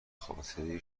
خاطره